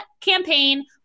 campaign